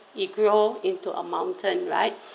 it grow into a mountain right